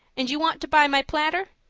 and you want to buy my platter.